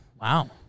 Wow